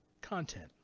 content